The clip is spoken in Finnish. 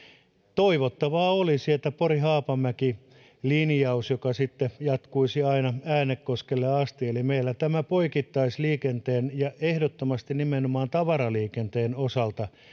toivottavaa olisi pori haapamäki linjaus joka sitten jatkuisi aina äänekoskelle asti eli meillä tämä poikittaisliikenteen ja ehdottomasti nimenomaan tavaraliikenteen osalta